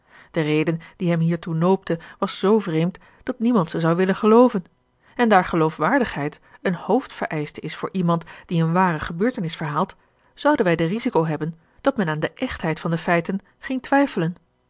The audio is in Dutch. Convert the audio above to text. de reden die hem hiertoe noopte was zoo vreemd dat niemand ze zou willen gelooven en daar geloofwaardigheid een hoofdvereischte is voor iemand die eene ware gebeurtenis verhaalt zouden wij de risico hebben dat men aan de echtheid van de feiten ging twijfelen